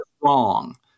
wrong